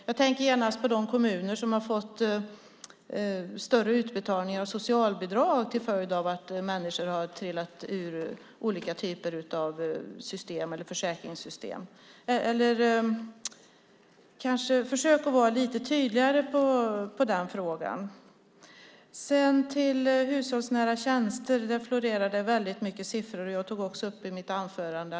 Jag tänker genast på de kommuner som har fått större utbetalningar av socialbidrag till följd av att människor har trillat ur olika försäkringssystem. Försök att vara lite tydligare i den frågan! Det florerade väldigt mycket siffror om hushållsnära tjänster. Jag tog också upp detta i mitt anförande.